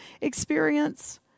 experience